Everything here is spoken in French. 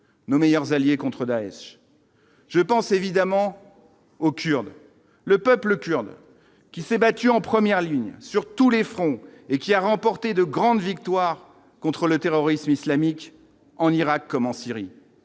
Nos meilleurs alliés contre Daech je pense évidemment aux Kurdes le peuple kurde qui s'est battu en première ligne sur tous les fronts et qui a remporté de grandes victoires contre le terrorisme islamique en Irak comme en Syrie,